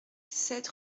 sept